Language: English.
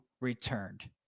returned